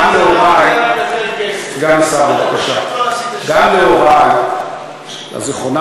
גם להורי, גם להורי, אתה מוזמן